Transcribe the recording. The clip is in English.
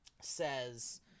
says